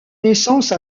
naissance